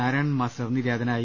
Narayanan master നിര്യാതനായി